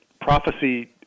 prophecy